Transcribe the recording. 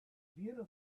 she